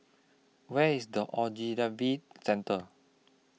Where IS The Ogilvy Centre